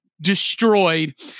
destroyed